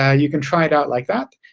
yeah you can try it out like that.